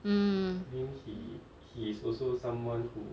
mm